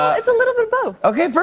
it's a little bit of both. okay, but